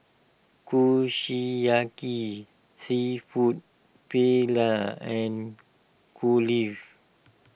Kushiyaki Seafood Paella and